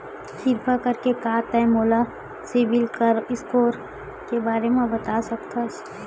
किरपा करके का तै मोला सीबिल स्कोर के बारे माँ बता सकथस?